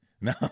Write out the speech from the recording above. No